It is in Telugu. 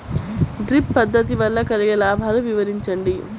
డ్రిప్ పద్దతి వల్ల కలిగే లాభాలు వివరించండి?